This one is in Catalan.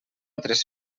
tres